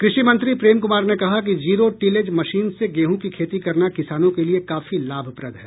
कृषि मंत्री प्रेम कुमार ने कहा कि जीरो टिलेज मशीन से गेहूँ की खेती करना किसानों के लिए काफी लाभप्रद है